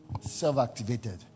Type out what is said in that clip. self-activated